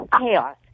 Chaos